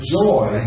joy